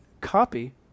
copy